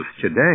today